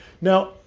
Now